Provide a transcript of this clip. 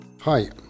Hi